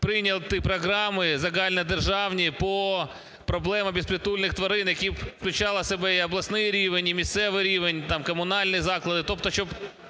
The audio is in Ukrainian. прийняти програми загальнодержавні по проблемах безпритульних тварин, які б включали в себе і обласний рівень, і місцевий рівень, там комунальні заклади,